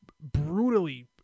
brutally